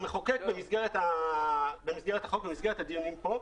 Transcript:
המחוקק, במסגרת החוק, במסגרת הדיונים כאן,